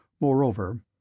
Moreover